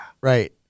Right